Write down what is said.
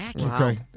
Okay